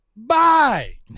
Bye